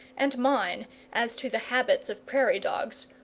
and mine as to the habits of prairie-dogs,